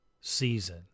season